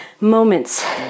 moments